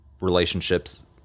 relationships